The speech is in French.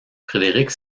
frédérique